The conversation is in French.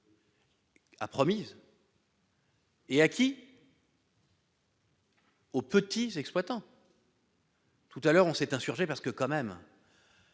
a promis. Et à qui. Aux petits exploitants. Tout à l'heure, on s'est insurgée parce que quand même